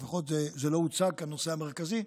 לפחות זה לא הוצג כנושא המרכזי,